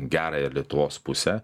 gerąją lietuvos pusę